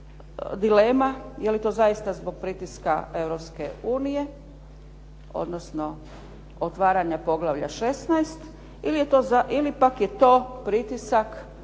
dilema je li to zaista zbog pritiska Europske unije, odnosno otvaranja poglavlja 16. ili pak je to pritisak